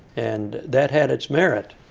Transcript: and that had its merit,